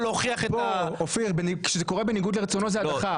להוכיח בוא אופיר כזה קורה בניגוד לרצונו זה הדחה.